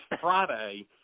Friday